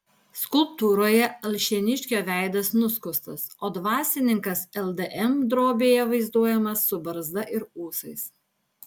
skulptūroje alšėniškio veidas nuskustas o dvasininkas ldm drobėje vaizduojamas su barzda ir ūsais